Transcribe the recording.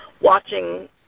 watching